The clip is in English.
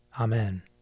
Amen